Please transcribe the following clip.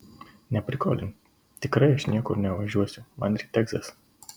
neprikolink tikrai aš niekur nevažiuosiu man ryt egzas